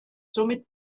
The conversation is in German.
somit